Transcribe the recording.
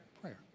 Prayer